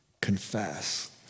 confess